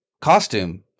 costume